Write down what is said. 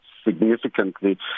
Significantly